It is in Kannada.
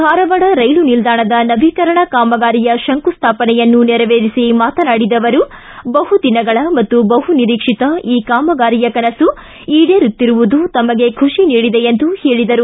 ಧಾರವಾಡ ರೈಲು ನಿಲ್ದಾಣದ ನವೀಕರಣ ಕಾಮಗಾರಿಯ ಶಂಕುಸ್ವಾಪನೆಯನ್ನು ನೆರವೇರಿಸಿ ಮಾತನಾಡಿದ ಅವರು ಬಹುದಿನಗಳ ಮತ್ತು ಬಹುನಿರೀಕ್ಷಿತ ಈ ಕಾಮಗಾರಿಯ ಕನಸು ಈಡೇರುತ್ತಿರುವುದು ತಮಗೆ ಖುಷಿ ನೀಡಿದೆ ಎಂದು ಹೇಳಿದರು